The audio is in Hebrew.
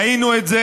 הינה, ראינו את זה.